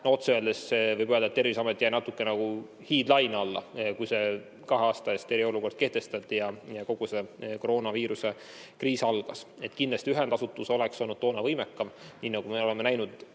otse öelda, et Terviseamet jäi natuke nagu hiidlaine alla, kui kahe aasta eest eriolukord kehtestati ja kogu see koroonaviiruse kriis algas. Kindlasti oleks ühendasutus toona olnud võimekam, nii nagu me oleme näinud